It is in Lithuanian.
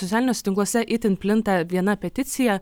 socialiniuose tinkluose itin plinta viena peticija